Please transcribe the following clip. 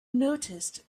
noticed